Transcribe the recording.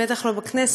בטח לא בכנסת,